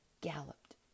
galloped